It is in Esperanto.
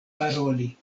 paroli